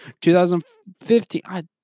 2015